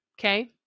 Okay